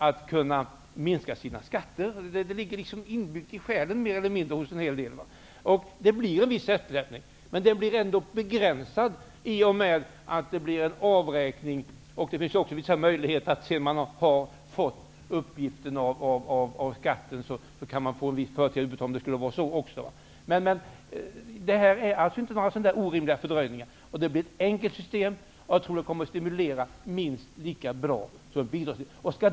Det är hos en del personer mer eller mindre inbyggt i själen. Det blir en viss eftersläpning, men den blir begränsad i och med den avräkning som sker. Sedan man har fått uppgiften om skattens storlek kan man också få en viss förtida utbetalning, om det finns förutsättningar för det. Det blir alltså inte några orimliga fördröjningar. Det blir ett enkelt system, som jag tror kommer att stimulera minst lika bra som ett bidragssystem.